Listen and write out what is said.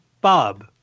Bob